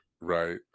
right